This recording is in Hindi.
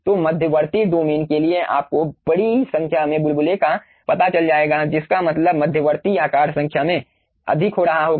तो मध्यवर्ती डोमेन के लिए आपको बड़ी संख्या में बुलबुले का पता चल जाएगा जिसका मतलब मध्यवर्ती आकार संख्या में अधिक हो रहा होगा